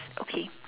okay